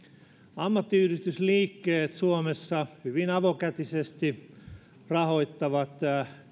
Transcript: ammattiyhdistysliikkeet suomessa hyvin avokätisesti rahoittavat